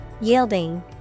Yielding